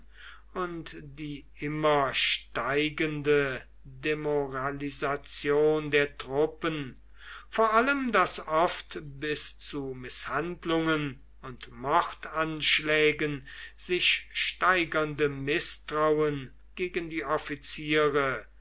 und die immer steigende demoralisation der truppen vor allem das oft bis zu mißhandlungen und mordanschlägen sich steigernde mißtrauen gegen die offiziere